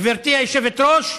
גברתי היושבת-ראש,